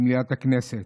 במליאת הכנסת,